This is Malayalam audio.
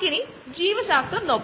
ഇത് ബയോപ്രോസസ്സിൽ കൂടിയാണ്